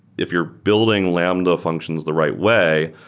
if you're building lambda functions the right way,